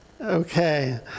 okay